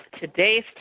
Today's –